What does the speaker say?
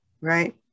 right